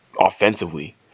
offensively